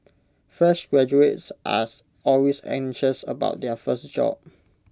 fresh graduates are always anxious about their first job